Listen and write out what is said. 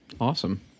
awesome